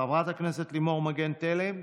חבר הכנסת לימור מגן תלם,